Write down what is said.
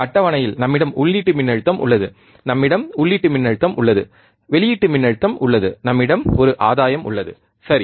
அட்டவணையில் நம்மிடம் உள்ளீட்டு மின்னழுத்தம் உள்ளது நம்மிடம் உள்ளீட்டு மின்னழுத்தம் உள்ளது வெளியீட்டு மின்னழுத்தம் உள்ளது நம்மிடம் ஒரு ஆதாயம் உள்ளது சரி